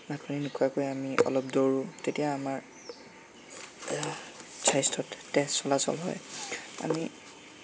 ভাত পানী নোখোৱাকৈ আমি অলপ দৌৰোঁ তেতিয়া আমাৰ স্বাস্থ্যত তেজ চলাচল হয় আমি